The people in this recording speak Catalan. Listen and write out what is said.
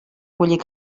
collir